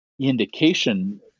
indication